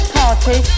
party